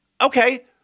okay